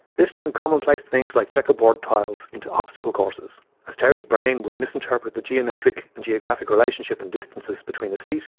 this turned commonplace things like chequerboard tiles into obstacle courses as terry's brain would misinterpret the geometric and geographic relationship and distances between his feet,